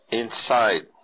inside